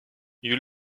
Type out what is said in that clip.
you